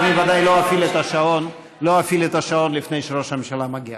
אני ודאי לא אפעיל את השעון לפני שראש הממשלה מגיע.